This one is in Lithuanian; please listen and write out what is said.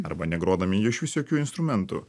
arba negrodami išvis jokiu instrumentu